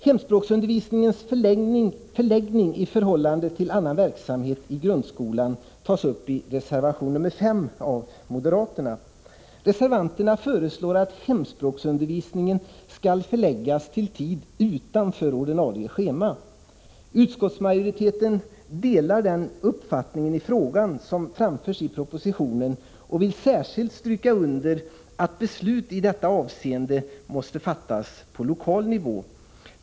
Hemspråksundervisningens förläggning i förhållande till annan verksamhet i grundskolan tas upp i reservation nr 5 av moderaterna. Reservanterna föreslår att hemspråksundervisningen skall förläggas till tid utanför ordinarie schema. Utskottsmajoriteten delar den uppfattning i frågan som framförs i propositionen och vill särskilt stryka under att beslut i dessa avseenden måste få fattas på lokal nivå.